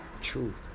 truth